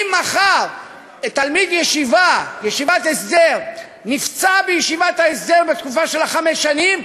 אם מחר תלמיד ישיבת הסדר נפצע בישיבת ההסדר בתקופה של חמש השנים,